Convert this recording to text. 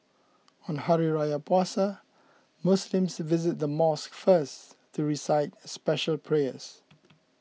on Hari Raya Puasa Muslims visit the mosque first to recite special prayers